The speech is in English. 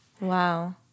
Wow